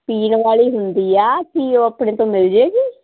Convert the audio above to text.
ਪੀਣ ਵਾਲੀ ਹੁੰਦੀ ਆ ਕੀ ਉਹ ਆਪਣੇ ਤੋਂ ਮਿਲ ਜਾਵੇਗੀ